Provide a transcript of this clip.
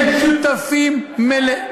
הם שותפים מלאים.